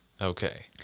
Okay